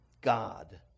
God